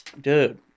Dude